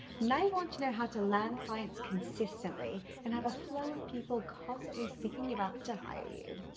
now you want to know how to land clients consistently and have a flow of people constantly seeking you out to hire you.